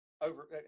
Over